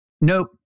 Nope